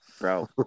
Bro